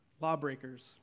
lawbreakers